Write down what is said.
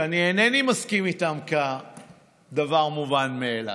שאני אינני מסכים איתם כדבר מובן מאליו.